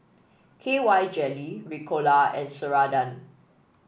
K Y Jelly Ricola and Ceradan